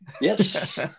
yes